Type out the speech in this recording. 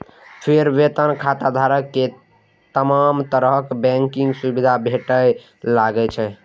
फेर वेतन खाताधारक कें तमाम तरहक बैंकिंग सुविधा भेटय लागै छै